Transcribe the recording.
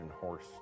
horse